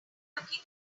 looking